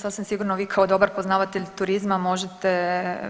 Sasvim sigurno vi kao dobar poznavatelj turizma možete